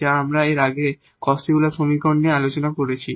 যা আমরা এর আগে একটি Cauchy Euler সমীকরণ নিয়ে আলোচনা করেছি